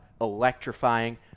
electrifying